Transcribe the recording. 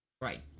Right